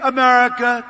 America